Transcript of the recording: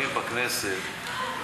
אבל הערבים במדינת ישראל,